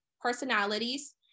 personalities